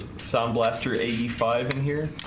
sound blaster eighty five in here,